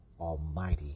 Almighty